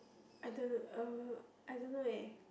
I don't uh I don't know eh